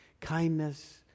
kindness